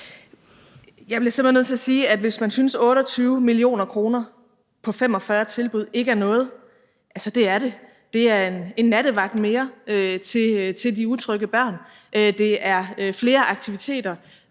simpelt hen nødt til at sige, hvis man synes, at 28 mio. kr. på 45 tilbud ikke er noget: Altså, det er det. Det er en nattevagt mere til de utrygge børn, og det er flere aktiviteter